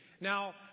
Now